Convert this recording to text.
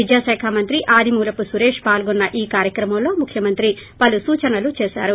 విద్యాశాఖ మంత్రి ఆదిమూలపు సురేష్ పాల్గొన్న ఈ కార్యక్రమంలో ముఖ్యమంత్రి పలు సూచనలు చేశారు